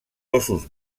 óssos